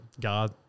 God